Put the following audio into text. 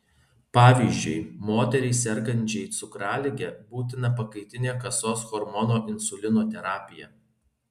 pavyzdžiui moteriai sergančiai cukralige būtina pakaitinė kasos hormono insulino terapija